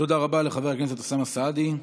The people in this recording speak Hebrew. תודה רבה לחבר הכנסת אוסאמה סעדי.